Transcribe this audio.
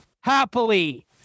Happily